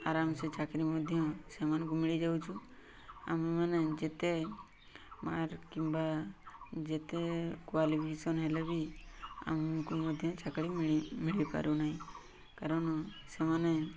ଆରାମ ସେ ଚାକିରି ମଧ୍ୟ ସେମାନଙ୍କୁ ମିଳିଯାଉଛି ଆମେମାନେ ଯେତେ ମାର୍କ କିମ୍ବା ଯେତେ କ୍ଵାଲିଫିକେସନ୍ ହେଲେ ବି ଆମକୁ ମଧ୍ୟ ଚାକିରି ମିଳିପାରୁନାହିଁ କାରଣ ସେମାନେ